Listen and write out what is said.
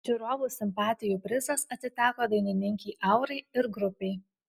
žiūrovų simpatijų prizas atiteko dainininkei aurai ir grupei